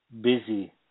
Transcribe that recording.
busy